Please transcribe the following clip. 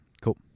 Cool